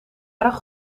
erg